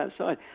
outside